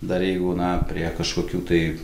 dar jeigu na prie kažkokių tai